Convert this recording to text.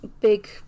Big